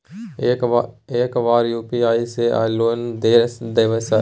एक बार यु.पी.आई से लोन द देवे सर?